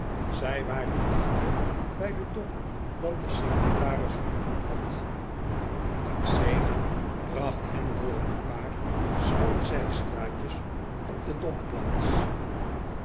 zij waren dichter bij den dom dan de secretaris vermoed had axela bracht hen door een paar smalle zijstraatjes op de dom plaats